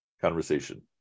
conversation